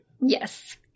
Yes